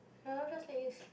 mine will just let you sleep